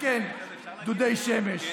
שמתקן דודי שמש,